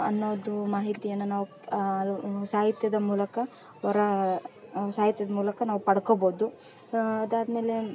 ಅನ್ನೋದು ಮಾಹಿತಿಯನ್ನು ನಾವು ಸಾಹಿತ್ಯದ ಮೂಲಕ ಹೊರಾ ಸಾಹಿತ್ಯದ ಮೂಲಕ ನಾವು ಪಡ್ಕೋಬೋದು ಅದಾದ್ಮೇಲೆ